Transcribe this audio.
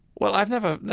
well, i've never,